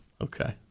Okay